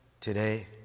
Today